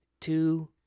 Two